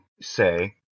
say